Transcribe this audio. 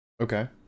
Okay